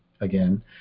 again